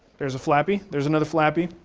there's a flappy, there's another flappy,